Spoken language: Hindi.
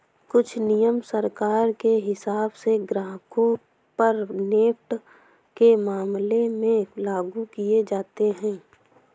कुछ नियम सरकार के हिसाब से ग्राहकों पर नेफ्ट के मामले में लागू किये जाते हैं